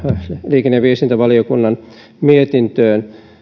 liikenne ja viestintävaliokunnan mietintöön